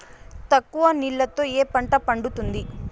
తక్కువ నీళ్లతో ఏ పంట పండుతుంది?